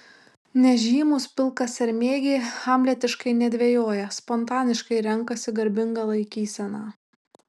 nežymūs pilkasermėgiai hamletiškai nedvejoja spontaniškai renkasi garbingą laikyseną